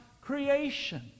creation